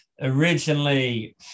originally